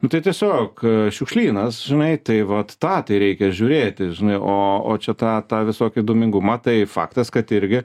nu tai tiesiog šiukšlynas žinai tai vat tą tai reikia žiūrėti žinai o čia tą tą visokių dūmingumą tai faktas kad irgi